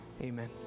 amen